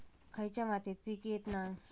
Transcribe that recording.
खयच्या मातीत पीक येत नाय?